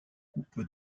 coupe